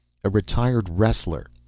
a retired wrestler.